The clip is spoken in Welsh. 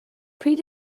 pryd